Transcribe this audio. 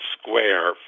Square